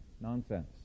Nonsense